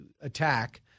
attack